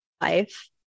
life